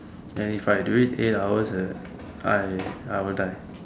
and if I do it eight hours I I will die